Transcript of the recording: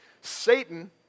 Satan